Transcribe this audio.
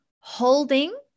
holding